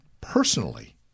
personally